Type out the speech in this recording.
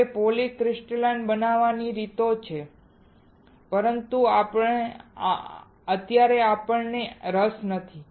હવે પોલીક્રિસ્ટલાઇન બનાવવાની રીતો છે પરંતુ અત્યારે આપણને રસ નથી